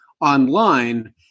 online